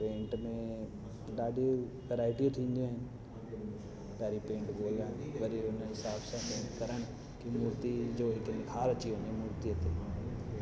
paint में ॾाढियूं वेराएटियूं थींदियूं आहिनि काई पेंट ॻोल्हणु वरी उनजे हिसाब सां पेंट करण जी मूर्ती जो हिकु निखार अची वञे मूर्तीअ ते